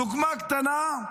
דוגמה קטנה.